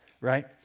right